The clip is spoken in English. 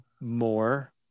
more